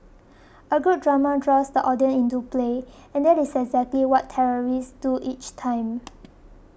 a good drama draws the audience into play and that is exactly what terrorists do each time